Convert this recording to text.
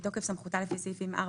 "בתוקף סמכותה לפי סעיפים 4,